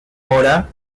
hora